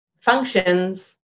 functions